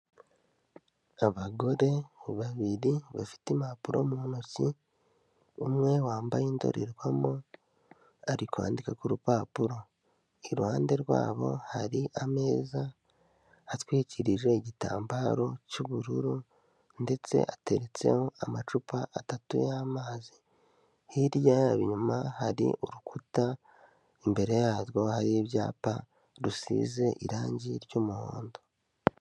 Abagore babiri bafite impapuro mu ntoki, umwe wambaye indorerwamo ari kwandika ku rupapuro, iruhande rwabo hari ameza atwikirije igitambaro cy'ubururu ndetse ateretsemo amacupa atatu y'amazi, hirya yabo inyuma hari urukuta imbere yarwo hari ibyapa rusize irangi ry'umuhondo.